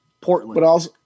Portland